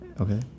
Okay